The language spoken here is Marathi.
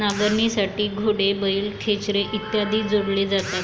नांगरणीसाठी घोडे, बैल, खेचरे इत्यादी जोडले जातात